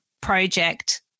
project